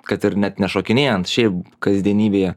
kad ir net nešokinėjant šiaip kasdienybėje